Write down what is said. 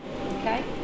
Okay